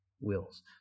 wills